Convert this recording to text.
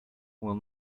will